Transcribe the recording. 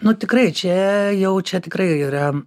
nu tikrai čia jau čia tikrai yra